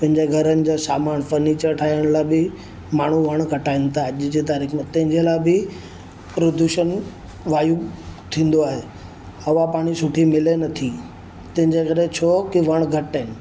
पंहिंजे घरनि जा समान फर्निचर ठाहिण लाइ बि माण्हू वण कटाइणु था अॼु जे तारीख़ में तंहिंजे लाइ बि प्रदूषन वायू थींदो आहे हवा पाणी सुठी मिले नथी तंहिंजे करे छो कि वण घटि आहिनि